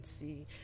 see